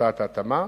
מתבצעת התאמה